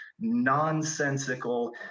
nonsensical